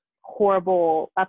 horrible